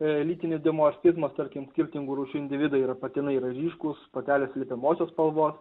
lytinis demorfizmas tarkim skirtingų rūšių individai yra patinai yra ryškūs patelės slepiamosios spalvos